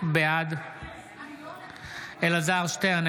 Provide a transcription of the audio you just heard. בעד אלעזר שטרן,